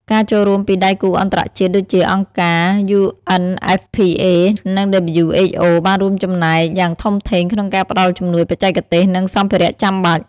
ការចូលរួមពីដៃគូអន្តរជាតិដូចជា អង្គការ UNFPA និង WHO បានរួមចំណែកយ៉ាងធំធេងក្នុងការផ្តល់ជំនួយបច្ចេកទេស និងសម្ភារៈចាំបាច់។